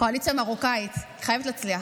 קואליציה מרוקאית חייבת להצליח.